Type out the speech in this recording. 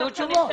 יהיו תשובות.